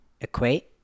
Equate